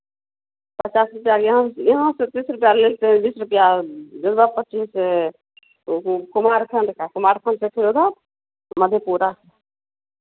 पचास रुपैया यहाँ से यहाँ से तीस रुपैया लेते हैं बीस रुपैया जब वापसी से तो वो कुमारखंड का कुमारखंड से फिर उधर मधेपुरा